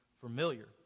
familiar